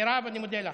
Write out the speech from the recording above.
מירב, אני מודה לך.